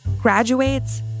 graduates